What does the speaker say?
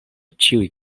ĉiuj